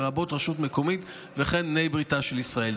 לרבות רשות מקומית וכן בני בריתה של ישראל.